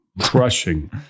crushing